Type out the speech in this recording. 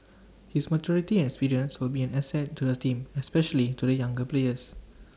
his maturity and experience will be an asset to the team especially to the younger players